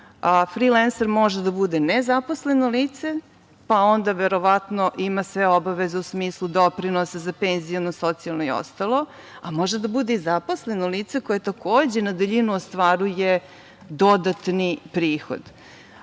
Frilenser može da bude nezaposleno lice, pa onda verovatno ima sve obaveze u smislu doprinosa za penziono, socijalno i ostalo, a može da bude i zaposleno lice koje takođe na daljinu ostvaruje dodatni prihod. Šta